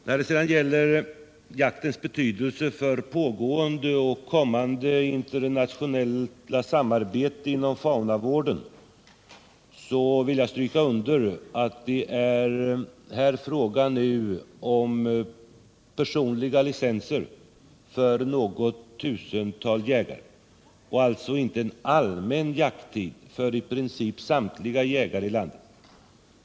När det sedan gäller jaktens betydelse för pågående och kommande internationellt samarbete inom faunavården vill jag stryka under att det här är fråga om personliga licenser för något tusental jägare och således inte om allmän jakträtt för i princip samtliga jägare i landet.